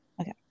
Okay